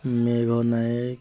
Megh Nayak